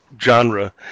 genre